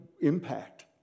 impact